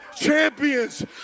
champions